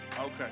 Okay